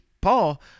Paul